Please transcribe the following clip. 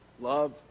love